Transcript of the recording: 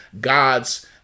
God's